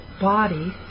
body